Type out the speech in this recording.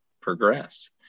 progress